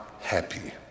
happy